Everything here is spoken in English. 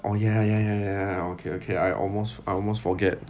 oh ya ya ya ya okay okay I almost I almost forget